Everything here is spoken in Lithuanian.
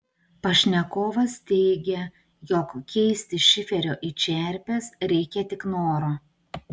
pašnekovas teigia jog keisti šiferio į čerpes reikia tik noro